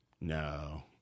No